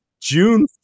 June